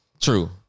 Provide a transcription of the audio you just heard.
True